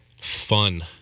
fun